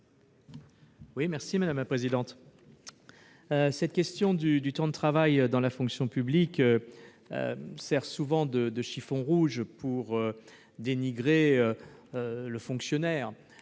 Didier Marie, sur l'article. La question du temps de travail dans la fonction publique sert souvent de chiffon rouge pour dénigrer le fonctionnaire,